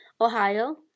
Ohio